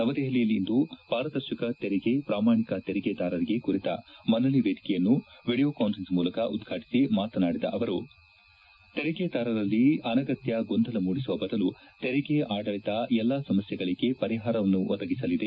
ನವದೆಹಲಿಯಲ್ಲಿಂದು ಪಾರದರ್ಶಕ ತೆಂಗೆ ಪ್ರಾಮಾಣಿಕ ತೆಂಗೆದಾರರಿಗೆ ಕುರಿತ ಮನ್ನಣೆ ವೇದಿಕೆಯನ್ನು ವಿಡಿಯೋ ಕಾನ್ವರೆನ್ಸ್ ಮೂಲಕ ಉದ್ಘಾಟಿಸಿ ಮಾತನಾಡಿದ ಅವರು ತೆರಿಗೆದಾರರಲ್ಲಿ ಅನಗತ್ತ ಗೊಂದಲ ಮೂಡಿಸುವ ಬದಲು ತೆರಿಗೆ ಆಡಳಿತ ಎಲ್ಲಾ ಸಮಸ್ಯೆಗಳಿಗೆ ಪರಿಪಾರವನ್ನು ಒದಗಿಸಲಿದೆ